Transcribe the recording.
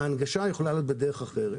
ההנגשה יכולה להיות בדרך אחרת.